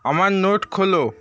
আমার নোট খোলো